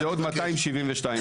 זה עוד 272 מקרים.